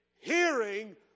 hearing